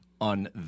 on